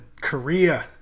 Korea